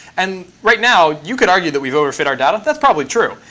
and right now, you could argue that we've over-fit our data. that's probably true.